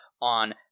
on